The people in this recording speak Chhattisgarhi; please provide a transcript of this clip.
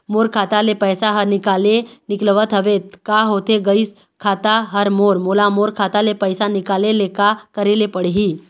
मोर खाता ले पैसा हर निकाले निकलत हवे, का होथे गइस खाता हर मोर, मोला मोर खाता ले पैसा निकाले ले का करे ले पड़ही?